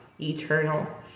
eternal